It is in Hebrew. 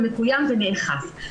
מקוים ונאכף.